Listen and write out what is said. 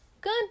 Good